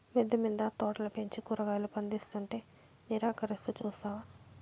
మిద్దె మింద తోటలు పెంచి కూరగాయలు పందిస్తుంటే నిరాకరిస్తూ చూస్తావా